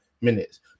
minutes